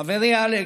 חברי אלכס,